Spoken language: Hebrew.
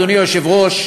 אדוני היושב-ראש,